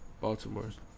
Baltimore's